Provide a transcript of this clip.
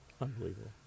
Unbelievable